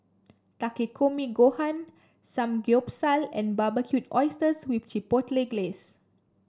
Takikomi Gohan Samgyeopsal and Barbecued Oysters with Chipotle Glaze